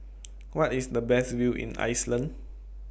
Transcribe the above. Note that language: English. Where IS The Best View in Iceland